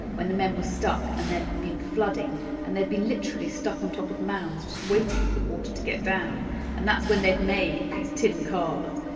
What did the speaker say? when the men were stuck and there'd been flooding and they'd be literally stuck on top of mounds just waiting for the water to get down and that's when they'd made these tin cards,